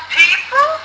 people